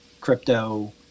crypto